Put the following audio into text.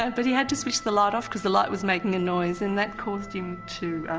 and but he had to switch the light off cause the light was making a noise and that caused him to